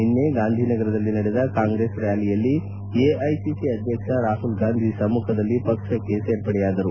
ನಿನೈ ಗಾಂಧಿನಗರದಲ್ಲಿ ನಡೆದ ಕಾಂಗ್ರೆಸ್ ರ್ನಾಲಿಯಲ್ಲಿ ಎಐಸಿಸಿ ಅಧ್ಯಕ್ಷ ರಾಹುಲ್ ಗಾಂಧಿ ಸಮ್ನಖದಲ್ಲಿ ಪಕ್ಷಕ್ಕೆ ಸೇರ್ಪಡೆಯಾದರು